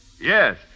Yes